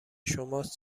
شماست